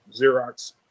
Xerox